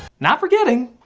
not forgetting.